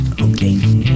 Okay